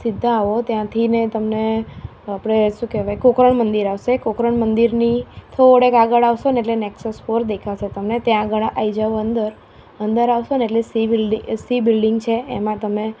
સીધા આવો ત્યાંથી ને તમને આપણે શું કહેવાય કોકરણ મંદિર આવશે કોકરણ મંદિરની થોડેક આગળ આવશો ને એટલે નેકસેસ ફોર દેખાશે તમને ત્યાં આગળ આવી જાવ અંદર અંદર આવશોને એટલે સી બિલ્ડિંગ સી બિલ્ડિંગ છે એમાં તમે